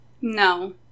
No